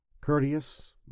courteous